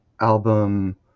album